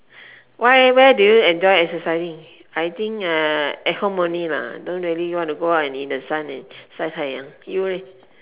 why where do you enjoy exercising I think uh at home only lah don't really want to go out in the sun and 晒太阳 you leh